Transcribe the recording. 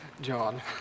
John